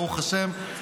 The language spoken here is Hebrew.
ברוך השם,